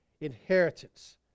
inheritance